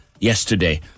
yesterday